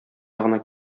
ягына